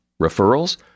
Referrals